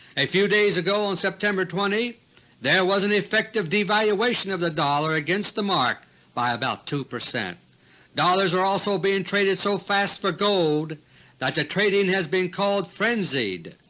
a few days ago on september twenty there was an effective devaluation of the dollar against the mark by about two. dollars are also being traded so fast for gold that the trading has been called frenzied.